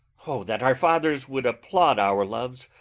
o that our fathers would applaud our loves,